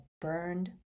burned